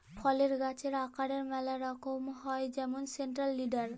ফলের গাহাচের আকারের ম্যালা রকম হ্যয় যেমল সেলট্রাল লিডার